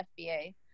FBA